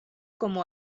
como